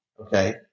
Okay